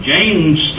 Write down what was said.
James